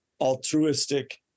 altruistic